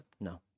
No